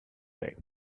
way